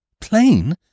Plain